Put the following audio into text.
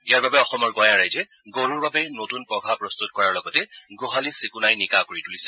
ইয়াৰ বাবে অসমৰ গঁঞা ৰাইজে গৰুৰ বাবে নতৃন পঘা প্ৰস্তুত কৰাৰ লগতে গোহালি চিকুণাই নিকা কৰি তুলিছে